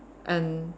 and